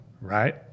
right